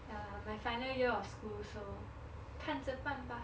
ya my final year of school so 看着办 bah